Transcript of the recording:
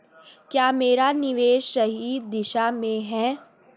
क्या मेरा निवेश सही दिशा में है?